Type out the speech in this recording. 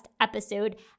episode